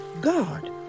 God